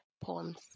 poems